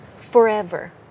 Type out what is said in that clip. forever